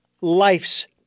life's